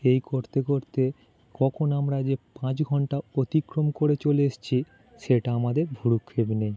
এই করতে করতে ককন আমরা যে পাঁচ ঘন্টা অতিক্রম করে চলে এসছি সেটা আমাদের ভ্রূক্ষেপ নেই